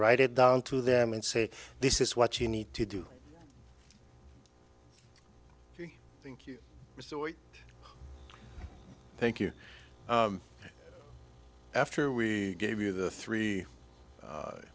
write it down to them and say this is what you need to do thank you thank you after we gave you the three